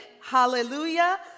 Hallelujah